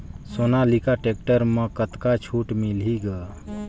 Sonalika tractor म कतका छूट मिलही ग?